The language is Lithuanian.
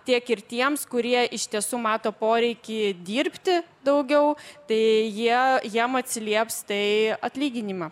tiek ir tiems kurie iš tiesų mato poreikį dirbti daugiau tai jie jiem atsilieps tai atlyginimą